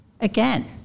again